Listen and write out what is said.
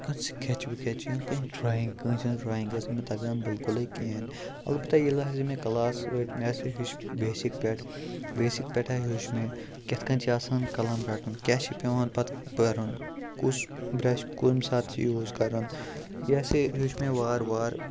کانٛہہ سِکیٚچ وکیٚچ یا کیٚنہہ ڈرٛایِنٛگ کٲنٛسہِ ۂنٛز ڈرٛایِنٛگ ٲسۍ نہٕ مےٚ تَگان بِلکُلٕے کِہیٖنۍ اَلبتہ ییٚلہِ حظ مےٚ کلاس رٔٹۍ مےٚ ہا ہیٚوچھ بیسِک پٮ۪ٹھ بیسِک پٮ۪ٹھ ہہ ہیوٚچھ مےٚ کِتھ کٔنۍ چھِ آسان کَلَم رَٹُن کیٛاہ چھُ پیٚوان پَتہٕ کَرُن کُس برٛش کُمہِ ساتہٕ چھُ یوٗز کَرُن یہِ ہَسا ہیوٚچھ مےٚ وارٕ وارٕ